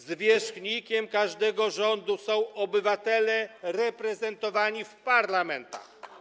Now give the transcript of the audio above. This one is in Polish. Zwierzchnikiem każdego rządu są obywatele reprezentowani w parlamentach.